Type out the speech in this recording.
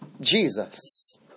Jesus